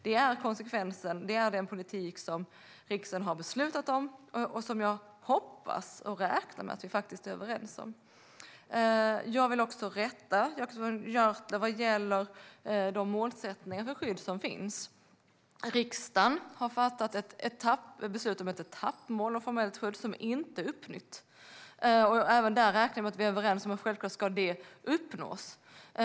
Det är konsekvensen av den politik riksdagen har beslutat om - och som jag hoppas och räknar med att vi faktiskt är överens om. Jag vill också rätta Jonas Jacobsson Gjörtler vad gäller de målsättningar för skydd som finns. Riksdagen har fattat ett beslut om etappmål och formellt skydd, och det målet är inte uppnått. Även där räknar jag med att vi är överens om att det självklart ska uppnås.